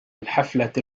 الحفلة